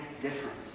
difference